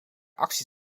actie